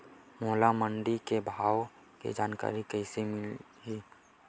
मोला मंडी के भाव के जानकारी कइसे मिलही?